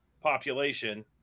population